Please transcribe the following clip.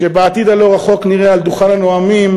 שבעתיד הלא-רחוק נראה על דוכן הנואמים